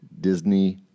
Disney